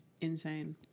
Insane